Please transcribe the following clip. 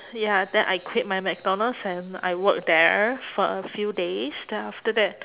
ya then I quit my mcdonald's and I work there for a few days then after that